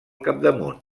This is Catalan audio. capdamunt